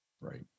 Right